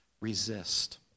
resist